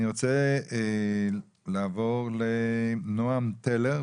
אני רוצה לעבור לנועם טלר,